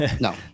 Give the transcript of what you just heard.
No